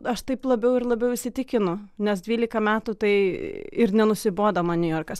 aš taip labiau ir labiau įsitikinu nes dvylika metų tai ir nenusibodo man niujorkas